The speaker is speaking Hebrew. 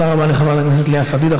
תודה רבה לחברת הכנסת לאה פדידה.